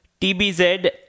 TBZ